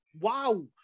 Wow